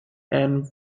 and